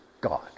God